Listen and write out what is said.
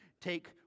take